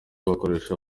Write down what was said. bakoresha